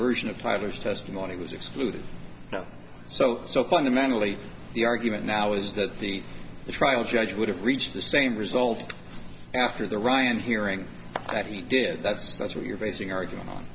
version of tiger's testimony was excluded so so fundamentally the argument now is that the trial judge would have reached the same result after the ryan hearing that he did that's that's what you're basing argument on